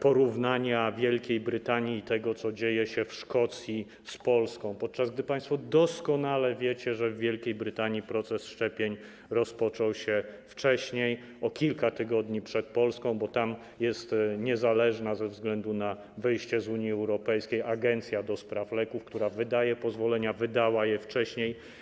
porównania Wielkiej Brytanii i tego, co dzieje się w Szkocji, z Polską, podczas gdy państwo doskonale wiecie, że w Wielkiej Brytanii proces szczepień rozpoczął się wcześniej, kilka tygodni przed Polską, bo tam ze względu na wyjście z Unii Europejskiej jest niezależna agencja do spraw leków, która wydaje pozwolenia i która wydała je wcześniej.